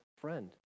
friend